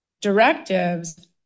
directives